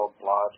blood